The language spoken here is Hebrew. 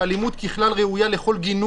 האשה עובדת, מכריחה אותו ללמוד תורה, ללכת לכולל.